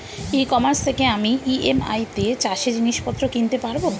ই commerce থেকে আমি EMI তে চাষে জিনিসপত্র কিনতে পারব?